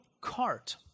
cart